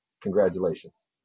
congratulations